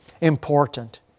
important